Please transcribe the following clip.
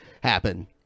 happen